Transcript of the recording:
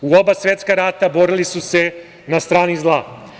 U oba svetska rata borili su se na strani zla.